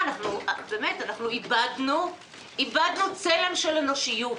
באמת איבדנו צלם של אנושיות.